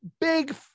big